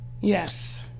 yes